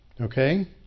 okay